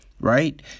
right